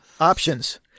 Options